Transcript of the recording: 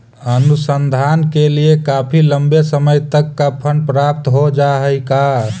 अनुसंधान के लिए काफी लंबे समय तक का फंड प्राप्त हो जा हई का